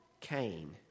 Cain